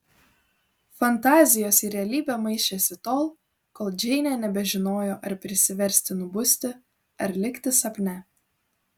fantazijos ir realybė maišėsi tol kol džeinė nebežinojo ar prisiversti nubusti ar likti sapne